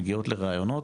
מגיעות לראיונות